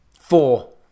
four